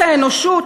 קץ האנושות,